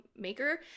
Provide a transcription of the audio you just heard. maker